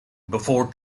before